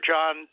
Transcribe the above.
John